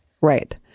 Right